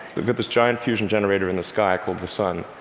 we've got this giant fusion generator in the sky called the sun,